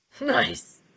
Nice